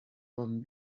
bon